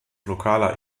lokaler